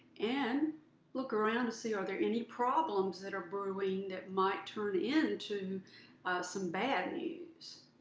and look around and see are there any problems that are brewing that might turn into some bad news.